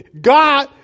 God